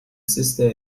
sister